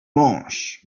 mąż